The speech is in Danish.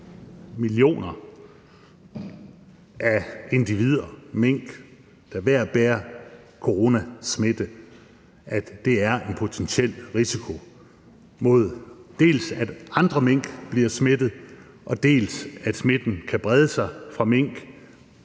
millioner af mink, der hver især bærer coronasmitte, udgør en potentiel risiko for, dels at andre mink bliver smittet, dels at smitten kan sprede sig fra mink